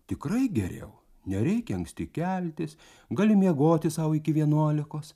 tikrai geriau nereikia anksti keltis gali miegoti sau iki vienuolikos